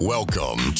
Welcome